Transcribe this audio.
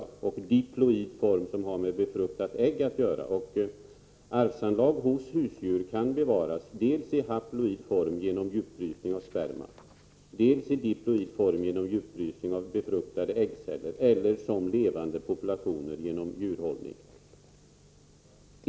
Den andra är den diploida formen, som har med befruktade ägg att göra. Arvsanlag hos husdjur kan bevaras, dels i haploid form, genom djupfrysning av sperma, dels i diploid form, genom djupfrysning av befruktade äggceller, dels som levande population genom djurhållning.